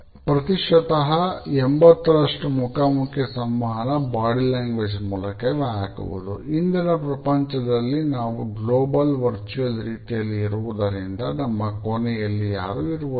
ಪ್ರತಿಶತ 80 ರಷ್ಟು ಮುಖಾಮುಖಿ ಸಂವಹನ ಬಾಡಿ ಲ್ಯಾಂಗ್ವೇಜ್ ರೀತಿಯಲ್ಲಿ ಇರುವುದರಿಂದ ನಮ್ಮ ಕೊನೆಯಲ್ಲಿ ಯಾರೂ ಇರುವುದಿಲ್ಲ